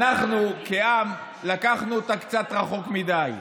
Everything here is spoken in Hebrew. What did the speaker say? אנחנו כעם לקחנו אותה קצת רחוק מדי.